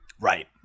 Right